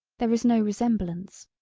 there is no resemblance.